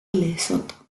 lesoto